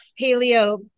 paleo